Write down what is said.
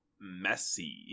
messy